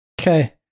Okay